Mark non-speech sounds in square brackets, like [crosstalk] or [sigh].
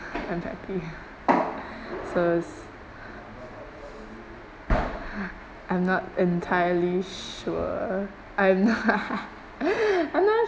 [breath] I'm happy [breath] so s~ [breath] I'm not entirely sure I'm not [laughs] [breath] I'm not